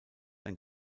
ein